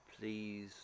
please